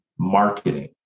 Marketing